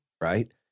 right